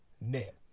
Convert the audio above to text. Net